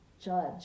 judge